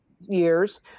years